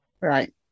Right